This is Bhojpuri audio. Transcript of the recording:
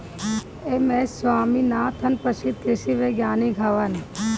एम.एस स्वामीनाथन प्रसिद्ध कृषि वैज्ञानिक हवन